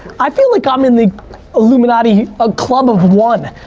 i feel like i'm in the illuminati, a club of one.